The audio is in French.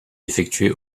effectué